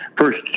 first